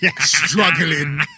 struggling